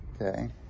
okay